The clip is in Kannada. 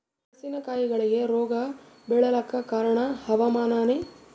ಮೆಣಸಿನ ಕಾಯಿಗಳಿಗಿ ರೋಗ ಬಿಳಲಾಕ ಕಾರಣ ಹವಾಮಾನನೇ?